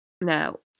Now